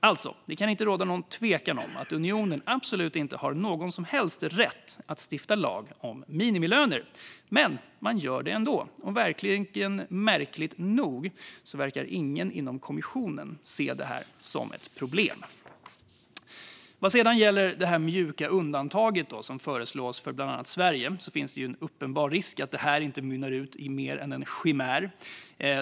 Det kan alltså inte råda något tvivel om att unionen absolut inte har någon som helst rätt att stifta lagar om minimilöner. Men man gör det ändå, och märkligt nog verkar ingen inom kommissionen se det som ett problem. Vad sedan gäller det mjuka undantag som föreslås för bland annat Sverige finns det en uppenbar risk att det inte är mer än en chimär.